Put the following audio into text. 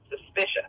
suspicious